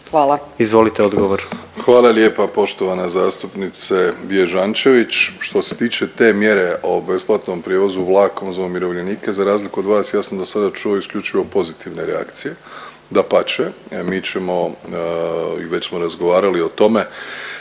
Andrej (HDZ)** Hvala lijepa poštovana zastupnice Bježančević. Što se tiče te mjere o besplatnom prijevozu vlakom za umirovljenike za razliku od vas ja sam dosada čuo isključivo pozitivne reakcije. Dapače, mi ćemo i već smo razgovarali o tome